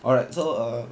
alright so err